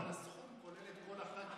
כולל את כל הח"כים?